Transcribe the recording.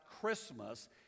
Christmas